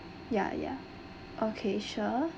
yeah yeah okay sure